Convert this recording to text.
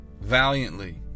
valiantly